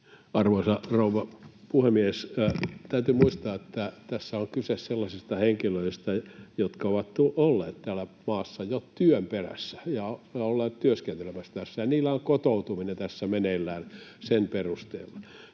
Arvoisa rouva puhemies! Täytyy muistaa, että tässä on kyse sellaisista henkilöistä, jotka ovat olleet täällä maassa jo työn perässä ja olleet työskentelemässä täällä, ja niillä on kotoutuminen tässä meneillään sen perusteella,